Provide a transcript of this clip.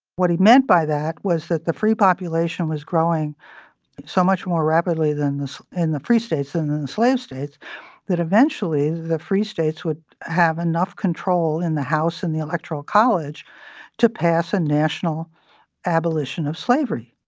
what he meant by that was that the free population was growing so much more rapidly than in and the free states and slave states that eventually the free states would have enough control in the house and the electoral college to pass a national abolition of slavery.